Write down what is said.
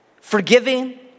forgiving